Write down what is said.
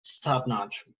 top-notch